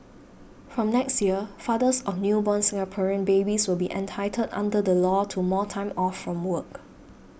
from next year fathers on newborn Singaporean babies will be entitled under the law to more time off from work